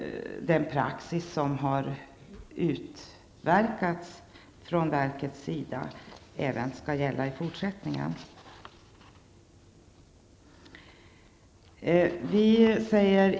Den praxis som verket har skapat skall alltså gälla även i fortsättningen.